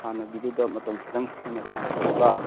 ꯍꯥꯟꯅꯒꯤꯗꯨꯗ ꯃꯇꯝ ꯈꯤꯇꯪ ꯍꯦꯟꯅ ꯁꯥꯡꯗꯣꯛꯑꯒ